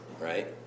right